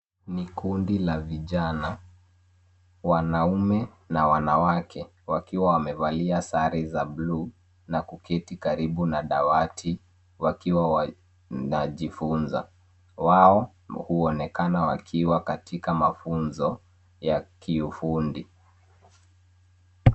Ni kundi la vijana, wanaume na wanawake wakiwa wamevalia sare za bluu na kuketi karibu na dawati wakiwa wanajifunza. Wao huonekana wakiwa katika mafunzo ya kiufundi.